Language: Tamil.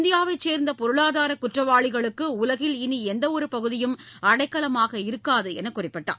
இந்தியாவைச் சேர்ந்த பொருளாதாரக் குற்றவாளிகளுக்கு உலகில் இனி எந்தவொரு பகுதியும் அடைக்கலமாக இருக்காது என்று கூறினார்